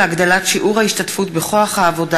הצעת חוק להגדלת שיעור ההשתתפות בכוח העבודה